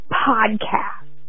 podcast